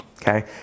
okay